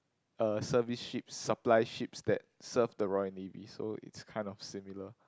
uh service ships supply ships that serve the Royal Navy so it's kind of similar